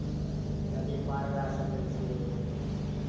नदीपार भए सकै छियै